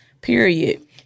Period